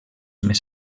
més